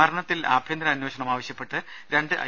മരണത്തിൽ ആഭ്യന്തര അന്വേഷണം ആവശ്യപ്പെട്ട് രണ്ട് ഐ